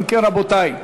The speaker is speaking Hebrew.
אם כן, רבותי,